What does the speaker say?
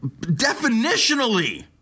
definitionally